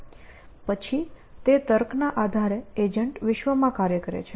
પછી તે તર્કના આધારે એજન્ટ વિશ્વમાં કાર્ય કરે છે